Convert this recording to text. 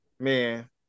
Man